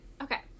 okay